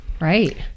right